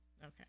Okay